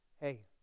Hey